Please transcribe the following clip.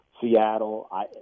Seattle